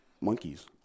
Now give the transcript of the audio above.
monkeys